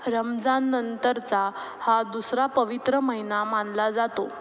रमजानंतरचा हा दुसरा पवित्र महिना मानला जातो